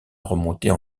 remonter